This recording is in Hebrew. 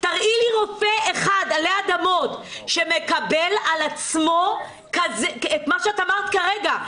תראי לי רופא אחד עלי אדמות שמקבל על עצמו את מה שאת אמרת כרגע.